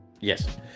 yes